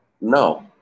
No